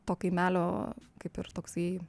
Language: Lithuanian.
to kaimelio kaip ir toksai